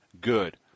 good